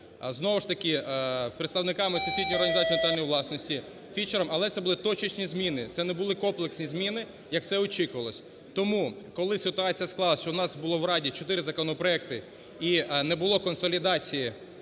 власності Фішером, але це були точечні зміни, це не були комплексні зміни, як це очікувалося. Тому, коли ситуація склалася, що у нас було в Раді чотири законопроекти і не було консолідації